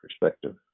perspective